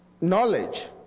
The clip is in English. knowledge